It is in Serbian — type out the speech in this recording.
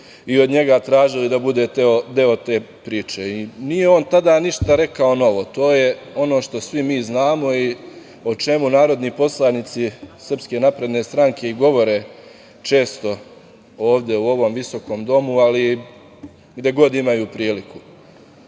i od njega tražili da bude deo te priče. Nije on tada ništa rekao novo, to je ono što mi svi znamo i o čemu narodni poslanici SNS i govore često ovde u ovom visokom domu, ali i gde god imaju priliku. Svaka